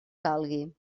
calgui